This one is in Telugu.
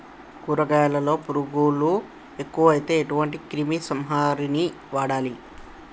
కూరగాయలలో పురుగులు ఎక్కువైతే ఎటువంటి క్రిమి సంహారిణి వాడాలి?